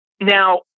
Now